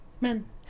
Men